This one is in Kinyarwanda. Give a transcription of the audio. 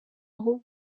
ahubwo